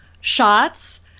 shots